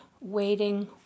Waiting